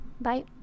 bye